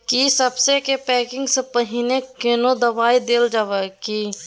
की सबसे के पैकिंग स पहिने कोनो दबाई देल जाव की?